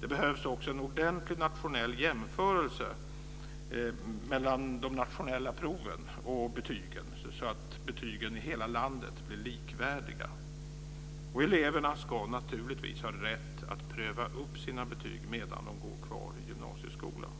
Det behövs också en ordentlig nationell jämförelse mellan de nationella proven och betygen, så att betygen i hela landet blir likvärdiga. Eleverna ska naturligtvis ha rätt att pröva för att höja betyg medan de går kvar i gymnasieskolan.